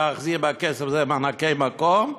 להחזיר בכסף הזה מענקי מקום,